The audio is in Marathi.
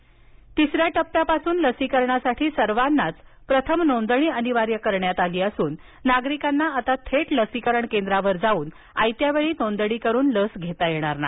लसीकरण नोंदणी तिसऱ्या टप्प्यापासून लसीकरणासाठी सर्वांना प्रथम नोंदणी अनिवार्य केली असून नागरिकांना आता थेट लसीकरण केंद्रावर जाऊन आयत्यावेळी नोंदणी करून लस घेता येणार नाही